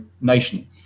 nation